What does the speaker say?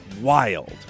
wild